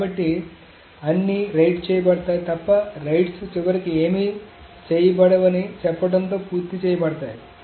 కాబట్టి అన్ని రైట్ చేయబడతాయి తప్ప రైట్స్ చివరికి ఏమీ చేయబడవని చెప్పడంతో పూర్తి చేయబడతాయి